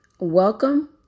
Welcome